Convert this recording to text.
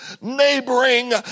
neighboring